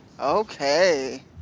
Okay